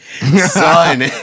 Son